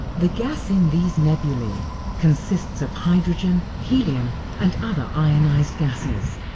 the gas in these nebulae consists of hydrogen, helium and other ionised gases.